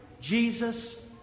Jesus